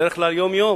בדרך כלל, יום-יום.